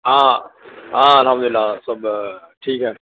ہاں ہاں الحمد اللہ سب ٹھیک ہے